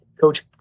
coach